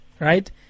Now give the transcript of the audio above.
right